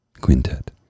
Quintet